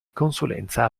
consulenza